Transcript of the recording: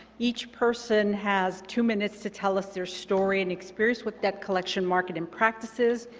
each person has two minutes to tell us their story and experience with debt collection market and practices.